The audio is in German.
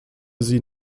sie